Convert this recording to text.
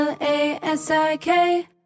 L-A-S-I-K